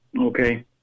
Okay